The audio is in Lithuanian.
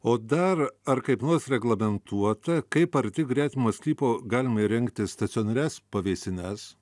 o dar ar kaip nors reglamentuota kaip arti gretimo sklypo galima įrengti stacionarias pavėsines